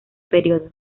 período